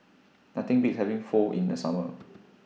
Nothing Beats having Pho in The Summer